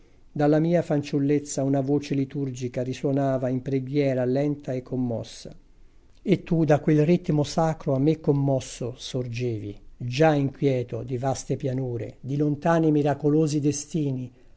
dalla mia fanciullezza una voce liturgica risuonava in preghiera lenta e commossa e tu da quel ritmo sacro a me commosso sorgevi già inquieto di vaste pianure di lontani miracolosi destini